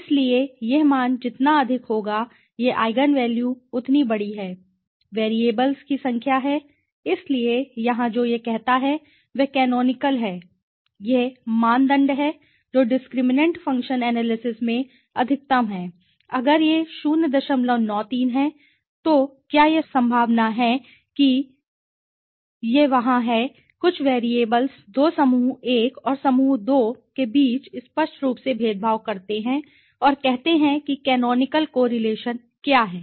इसलिए यह मान जितना अधिक होगा यह आईगन वैल्यू उतना बड़ा है वैरिएबल की व्याख्या है इसलिए यहां जो यह कहता है वह कैनोनिकल है यह मानदंड है जो डिस्क्रिमिनैंट फ़ंक्शन एनालिसिस में अधिकतम है अगर यह 093 है तो यह है कि क्या यह संभावना है कि यह वहाँ है कुछ वैरिएबल्स दो समूह 1 और समूह 2 के बीच स्पष्ट रूप से भेदभाव करते हैं और कहते हैं कि कैनोनिकल कोरिलेशन क्या है